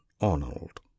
Arnold